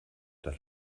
das